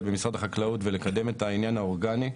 במשרד החקלאות ולקדם את העניין האורגני.